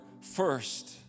first